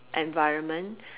environment